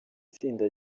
tsinda